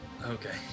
Okay